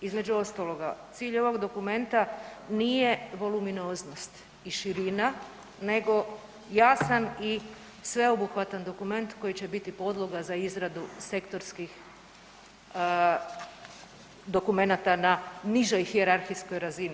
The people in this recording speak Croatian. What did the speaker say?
Između ostaloga, cilj ovoga dokumenta nije voluminoznost i širina nego jasan i sveobuhvatan dokument koji će biti podloga za izradu sektorskih dokumenata na nižoj hijerarhijskoj razini.